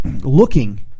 looking